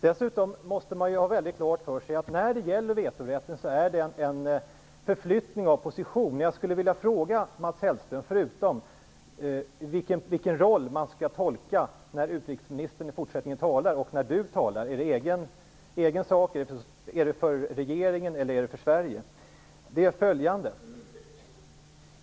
Dessutom måste man ha mycket klart för sig att det är en flyttning av position när det gäller vetorätten. Jag skulle vilja fråga Mats Hellström i vilken roll man skall tolka det när utrikesministern och när Mats Hellström i fortsättning talar. Är det som sägs i egen sak, är det för regeringen eller är det för Sverige?